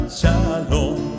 shalom